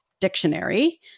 Dictionary